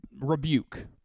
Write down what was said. rebuke